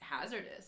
hazardous